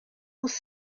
was